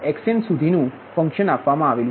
xnસુધીનુ function આપવામાં આવેલુ છે